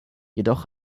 jedoch